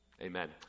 Amen